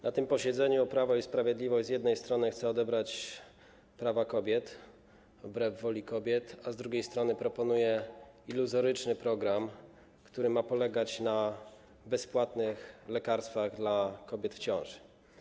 Na tym posiedzeniu Prawo i Sprawiedliwość z jednej strony chce odebrać prawa kobiet wbrew woli kobiet, a z drugiej strony proponuje iluzoryczny program, który ma polegać na zapewnieniu bezpłatnych lekarstw dla kobiet w ciąży.